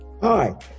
Hi